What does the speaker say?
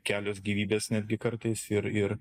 kelios gyvybės netgi kartais ir ir